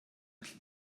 felly